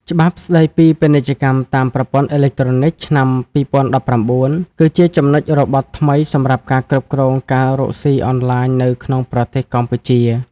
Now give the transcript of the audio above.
ច្បាប់ស្ដីពីពាណិជ្ជកម្មតាមប្រព័ន្ធអេឡិចត្រូនិកឆ្នាំ ២០១៩ គឺជាចំណុចរបត់ថ្មីសម្រាប់ការគ្រប់គ្រងការរកស៊ីអនឡាញនៅក្នុងប្រទេសកម្ពុជា។